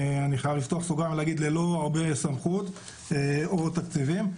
ללא הרבה סמכות או תקציבים,